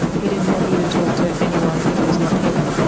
he didn't want you to talk to anyone who was not him?